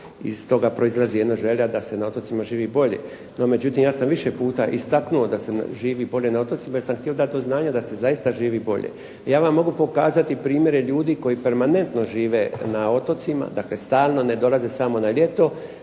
iz toga proizlazi jedna želja da se na otocima živi bolje. No, međutim, ja sam više puta istaknuo da se živi bolje na otocima jer sam htio dati do znanja da se zaista živi bolje. Ja vam mogu pokazati primjere ljudi koji permanentno žive na otocima, dakle, stalno, ne dolaze samo na ljeto.